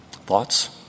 Thoughts